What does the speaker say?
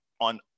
on